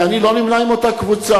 ואני לא נמנה עם אותה קבוצה.